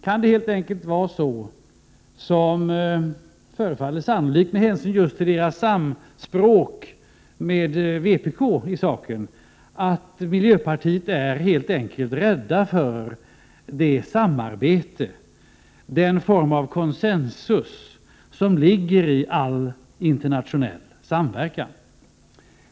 Kan det helt enkelt vara så, vilket förefaller sannolikt just med hänsyn till deras samspråk med vpk i saken, att miljöpartisterna är rädda för den form av consensus som ligger i all internationell samverkan?